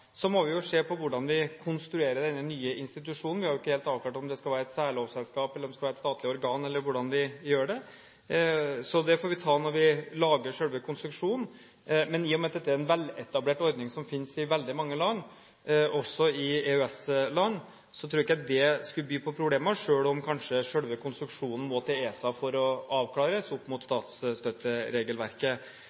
Så må vi se på hvordan vi konstruerer denne nye institusjonen. Vi har jo ikke helt avklart om det skal være et særlovsselskap, eller om det skal være et statlig organ, eller hvordan vi gjør det. Det får vi ta når vi lager selve konstruksjonen. Men i og med at dette er en veletablert ordning som finnes i veldig mange land, også i EØS-land, tror jeg ikke at det skulle by på problemer, selv om selve konstruksjonen kanskje må til ESA for å avklares opp mot statsstøtteregelverket.